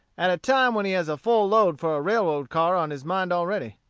at a time when he has a full load for a railroad car on his mind already.